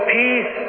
peace